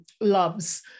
loves